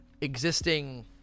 existing